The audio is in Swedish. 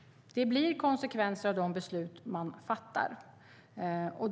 Det blir konsekvenser av de beslut man fattar.